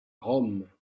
rome